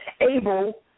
able